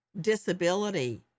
disability